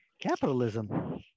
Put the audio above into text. capitalism